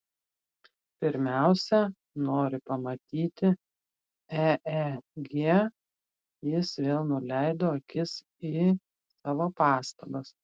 pirmiausia nori pamatyti eeg jis vėl nuleido akis į savo pastabas